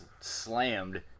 slammed